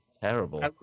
terrible